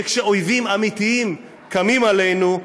שכשאויבים אמיתיים קמים עלינו,